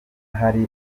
hari